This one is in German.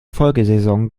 folgesaison